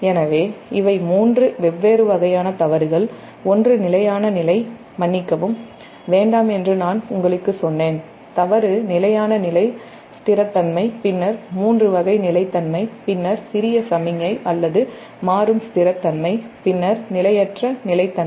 எனவே இவை மூன்று வெவ்வேறு வகையான தவறுகள் ஒன்று நிலையான நிலை என்று நான் உங்களுக்குச் சொன்னேன் தவறு நிலையான நிலைத்தன்மை பின்னர் 3 வகையான நிலைத்தன்மை பின்னர் சிறிய சமிக்ஞை அல்லது மாறும் நிலைத்தன்மை பின்னர் நிலையற்ற நிலைத்தன்மை